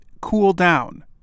cool-down